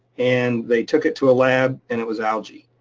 and they took it to a lab and it was algae.